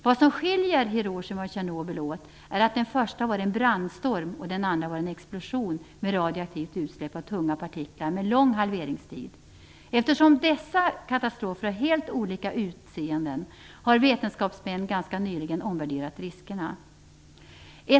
Vad som skiljer Hiroshima och Tjernobyl åt är att den första var en brandstorm och den andra en explosion med radioaktivt utsläpp av tunga partiklar med en lång halveringstid. Eftersom dessa katastrofer har helt olika "utseende" har vetenskapsmän ganska nyligen omvärderat riskerna.